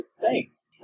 thanks